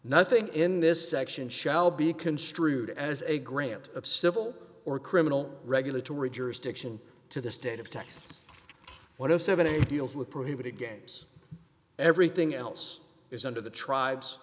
nothing in this section shall be construed as a grant of civil or criminal regulatory jurisdiction to the state of texas one of seventy deals with prohibited games everything else is under the tribes